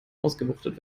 ausgewuchtet